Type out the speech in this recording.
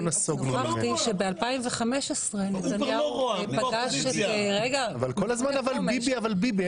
נוכחתי שב-2015- -- כל היום ביבי, ביבי.